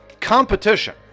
Competition